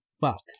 Fuck